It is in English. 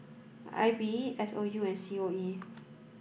I B S O U and C O E